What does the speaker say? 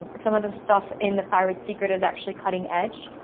ah some of the stuff in the thyroid secret is actually cutting edge.